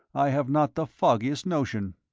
i have not the foggiest notion.